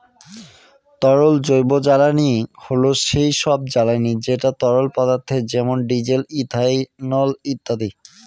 তরল জৈবজ্বালানী হল সেই সব জ্বালানি যেটা তরল পদার্থ যেমন ডিজেল, ইথানল ইত্যাদি